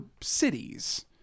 cities